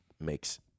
makes